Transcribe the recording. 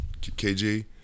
KG